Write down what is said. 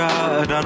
God